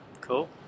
Cool